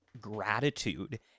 gratitude